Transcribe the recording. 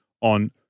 on